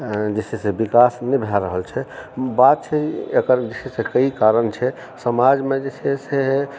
जे छै से विकास नहि भए रहल छै बात छै एकर जे छै से कइ कारण छै समाजमे जे छै से